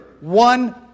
One